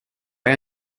jag